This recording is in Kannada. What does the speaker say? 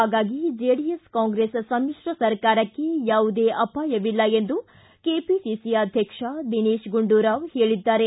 ಹಾಗಾಗಿ ಜೆಡಿಎಸ್ ಕಾಂಗ್ರೆಸ್ ಸಮ್ಮಿತ್ರ ಸರ್ಕಾರಕ್ಕೆ ಯಾವುದೇ ಅಪಾಯವಿಲ್ಲ ಎಂದು ಕೆಪಿಸಿಸಿ ಅಧ್ಯಕ್ಷ ದಿನೇತ್ ಗುಂಡೂರಾವ್ ಹೇಳಿದ್ದಾರೆ